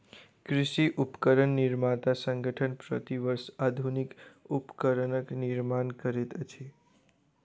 कृषि उपकरण निर्माता संगठन, प्रति वर्ष आधुनिक उपकरणक निर्माण करैत अछि